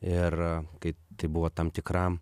ir kai tai buvo tam tikra